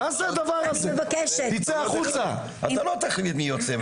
אתה לא תחליט מי יוצא.